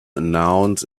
announce